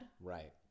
right